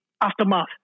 aftermath